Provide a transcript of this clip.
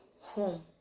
home